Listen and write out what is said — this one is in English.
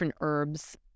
herbs